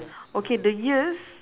okay the ears